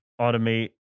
automate